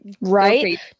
Right